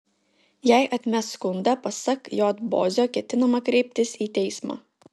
jei atmes skundą pasak j bozio ketinama kreiptis į teismą